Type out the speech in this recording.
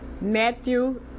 Matthew